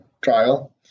trial